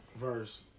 verse